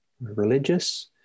religious